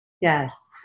Yes